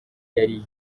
yari